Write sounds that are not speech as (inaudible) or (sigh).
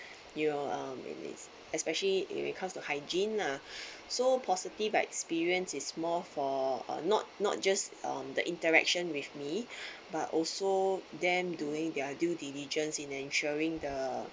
you know um in this especially if it comes to hygiene ah (breath) so positive experience is more for uh not not just on the interaction with me (breath) but also them during their due diligence in ensuring the